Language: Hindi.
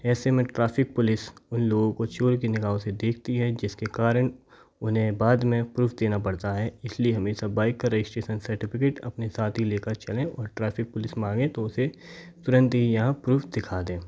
ऐसे में ट्राफिक पुलिस उन लोगों को चोर के निगाहों से देखती है जिसके कारण उन्हे बाद में प्रूफ देना पड़ता है इस लिए हमेशा बाइक का रेजिस्ट्रैशन सर्टिफिकेट अपने साथ ही ले कर चलें और ट्रैफिक पुलिस मांगे तो उसे तुरंत ही यह प्रूफ दिखा दें